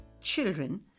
Children